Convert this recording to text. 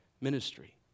ministry